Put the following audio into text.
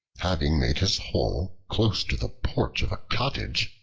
having made his hole close to the porch of a cottage,